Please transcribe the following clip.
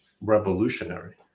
revolutionary